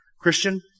Christian